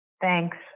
Thanks